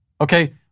Okay